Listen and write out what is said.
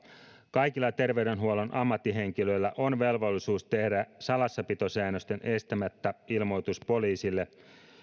kaikilla terveydenhuollon ammattihenkilöillä on velvollisuus tehdä salassapitosäännösten estämättä ilmoitus poliisille